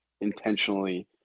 intentionally